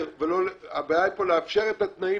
הבעיה פה לאפשר את התנאים.